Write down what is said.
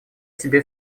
тебе